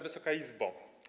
Wysoka Izbo!